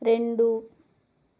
రెండు